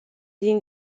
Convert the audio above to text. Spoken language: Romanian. din